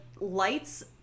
lights